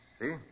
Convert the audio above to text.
See